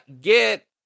get